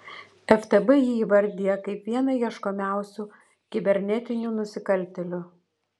ftb jį įvardija kaip vieną ieškomiausių kibernetinių nusikaltėlių